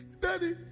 Daddy